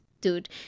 dude